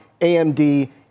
AMD